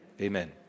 Amen